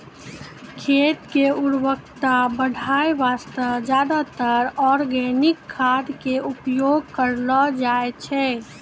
खेत के उर्वरता बढाय वास्तॅ ज्यादातर आर्गेनिक खाद के उपयोग करलो जाय छै